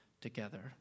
together